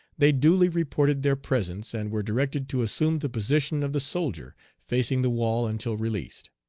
they duly reported their presence, and were directed to assume the position of the soldier, facing the wall until released.